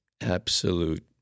absolute